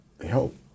help